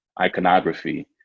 iconography